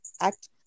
act